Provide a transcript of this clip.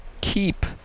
keep